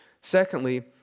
Secondly